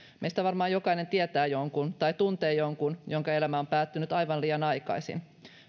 meistä varmaan jokainen tietää jonkun tai tuntee jonkun jonka elämä on päättynyt aivan liian aikaisin